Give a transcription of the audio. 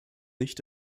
nicht